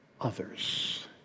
others